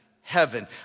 heaven